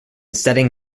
setting